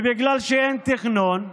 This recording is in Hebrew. ובגלל שאין תכנון,